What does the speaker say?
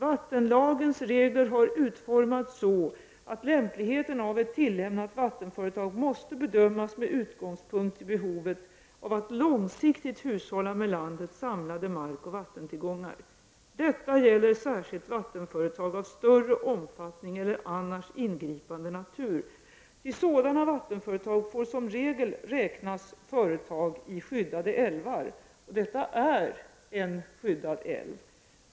Vattenlagens regler har utformats så, att lämpligheten av ett tillämnat vattenföretag måste bedömas med utgångspunkt i behovet av att långsiktigt hushålla med landets samlade markoch vattentillgångar. Detta gäller särskilt vattenföretag av större omfattning eller på annat sätt ingripande natur. Till sådana vattenföretag får som regel räknas företag i skyddade älvar. Detta är en skyddad älv.